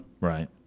Right